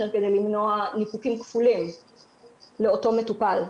כדי למנוע ניפוקים כפולים לאותו מטופל.